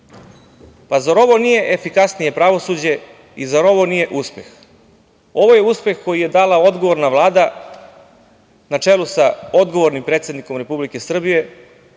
manja. Zar ovo nije efikasnije pravosuđe i zar ovo nije uspeh? Ovo je uspeh koji je dala odgovorna vlada, na čelu sa odgovornim predsednikom Republike Srbije,